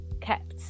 kept